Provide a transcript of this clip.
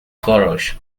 courage